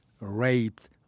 raped